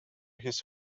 his